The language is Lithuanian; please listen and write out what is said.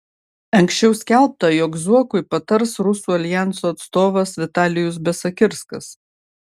anksčiau skelbta jog zuokui patars rusų aljanso atstovas vitalijus besakirskas